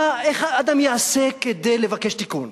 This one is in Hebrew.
מה, איך האדם יעשה כדי לבקש תיקון?